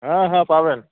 হ্যাঁ হ্যাঁ পাবেন